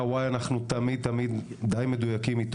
אנחנו בדרך כלל מדויקים עם ה- x וה-y,